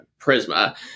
Prisma